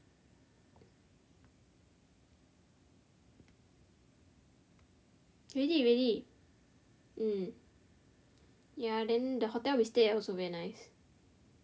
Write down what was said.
really really um ya then the hotel we stay at also very nice